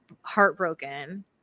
heartbroken